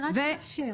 כן, זה רק לאפשר.